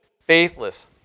faithless